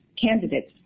candidates